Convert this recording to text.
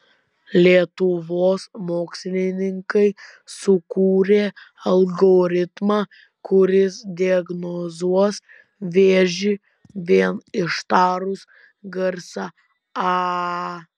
lietuvos mokslininkai sukūrė algoritmą kuris diagnozuos vėžį vien ištarus garsą a